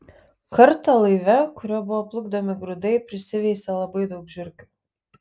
kartą laive kuriuo buvo plukdomi grūdai prisiveisė labai daug žiurkių